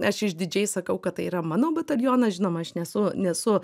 aš išdidžiai sakau kad tai yra mano batalionas žinoma aš nesu nesu